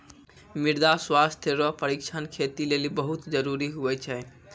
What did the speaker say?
मृदा स्वास्थ्य रो परीक्षण खेती लेली बहुत जरूरी हुवै छै